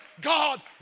God